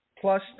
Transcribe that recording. Plus